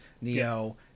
Neo